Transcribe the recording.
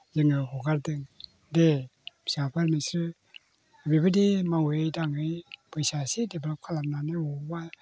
जोङो हगारदों दे फिसाफोर नोंसोर बेबायदि मावै दाङै फैसा एसे डेभलप खालामनानै बबेयावबा